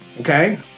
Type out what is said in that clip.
Okay